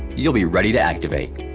you'll be ready to activate.